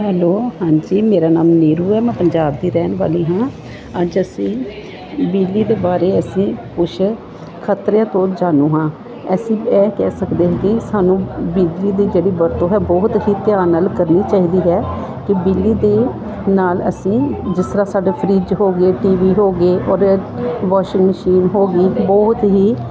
hello ਹਾਂਜੀ ਮੇਰਾ ਨਾਮ ਨੀਰੂ ਹੈ ਮੈਂ ਪੰਜਾਬ ਦੀ ਰਹਿਣ ਵਾਲੀ ਹਾਂ ਅੱਜ ਅਸੀਂ ਬਿਜਲੀ ਦੇ ਬਾਰੇ ਅਸੀਂ ਕੁਛ ਖਤਰਿਆਂ ਤੋਂ ਜਾਣੂ ਹਾਂ ਅਸੀਂ ਇਹ ਕਹਿ ਸਕਦੇ ਕਿ ਸਾਨੂੰ ਬਿਜਲੀ ਦੀ ਜਿਹੜੀ ਵਰਤੋਂ ਹੈ ਬਹੁਤ ਹੀ ਧਿਆਨ ਨਾਲ ਕਰਨੀ ਚਾਹੀਦੀ ਹੈ ਕਿ ਬਿਜਲੀ ਦੇ ਨਾਲ ਅਸੀਂ ਜਿਸ ਤਰ੍ਹਾਂ ਸਾਡੇ ਫਰਿੱਜ ਹੋ ਗਏ ਟੀ ਵੀ ਹੋ ਗਏ ਔਰ ਵਾਸ਼ਿੰਗ ਮਸ਼ੀਨ ਹੋ ਗਈ ਬਹੁਤ ਹੀ